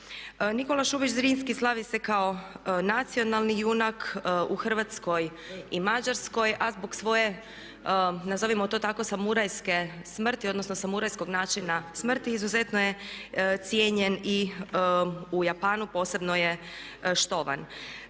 Nikola Šubić Zrinski slavi se kao nacionalni junak u Hrvatskoj i Mađarskoj a zbog svoje nazovimo to tako samurajske smrti, odnosno samurajskog načina smrti izuzetno je cijenjen i u Japanu, posebno je štovan.